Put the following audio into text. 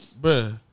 Bro